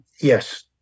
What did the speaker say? yes